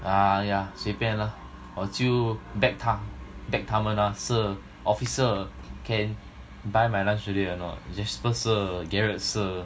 !aiya! 随便 lah 我就 beg 他 beg 他们 ah sir officer can buy my lunch today or not jasper sir gerard sir